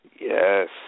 Yes